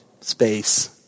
space